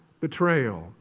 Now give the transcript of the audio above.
betrayal